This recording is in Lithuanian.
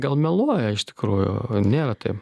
gal meluoja iš tikrųjų nėra taip